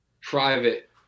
private